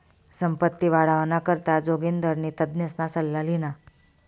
संपत्ती वाढावाना करता जोगिंदरनी तज्ञसना सल्ला ल्हिना